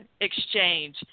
exchange